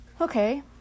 Okay